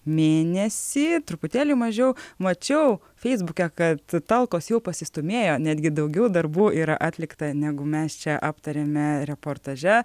mėnesį truputėlį mažiau mačiau feisbuke kad talkos jau pasistūmėjo netgi daugiau darbų yra atlikta negu mes čia aptariame reportaže